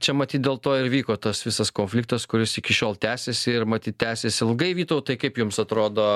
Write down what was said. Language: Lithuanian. čia matyt dėl to ir vyko tas visas konfliktas kuris iki šiol tęsiasi ir matyt tęsis ilgai vytautai kaip jums atrodo